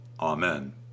Amen